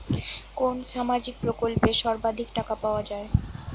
কোন সামাজিক প্রকল্পে সর্বাধিক টাকা পাওয়া য়ায়?